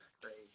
crazy